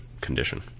condition